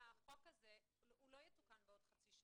ה- -- החוק הזה לא יתוקן בעוד חצי שנה.